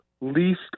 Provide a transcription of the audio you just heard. least